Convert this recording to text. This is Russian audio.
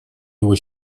его